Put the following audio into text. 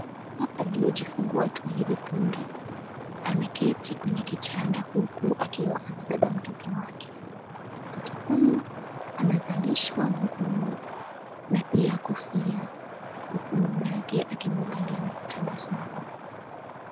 Mama aliyejifunga tu hivi punde, ameketi kwenye kitanda huku akiwa amebeba mtoto wake. Mtoto huyu amevalishwa nguo na pia kofia. Mama yake akimwangalia na kutabasamu.